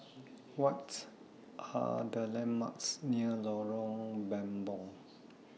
What Are The landmarks near Lorong Mambong